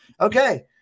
Okay